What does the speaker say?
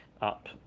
up